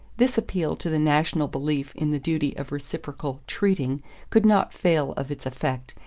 this appeal to the national belief in the duty of reciprocal treating could not fail of its effect,